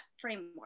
framework